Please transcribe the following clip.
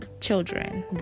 children